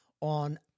on